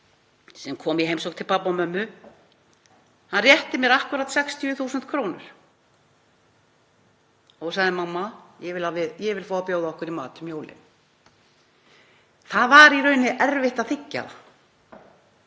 sem kom í heimsókn til pabba og mömmu rétti mér akkúrat 60.000 kr. og sagði: Mamma, ég vil fá að bjóða okkur í mat um jólin. Það var í rauninni erfitt að þiggja það.